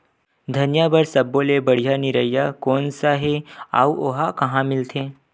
धनिया बर सब्बो ले बढ़िया निरैया कोन सा हे आऊ ओहा कहां मिलथे?